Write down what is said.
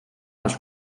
les